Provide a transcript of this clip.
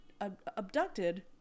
abducted